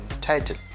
title